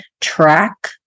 track